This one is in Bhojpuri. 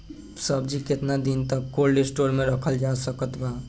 सब्जी केतना दिन तक कोल्ड स्टोर मे रखल जा सकत बा?